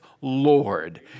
Lord